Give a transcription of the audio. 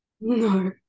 No